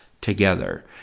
together